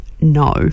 no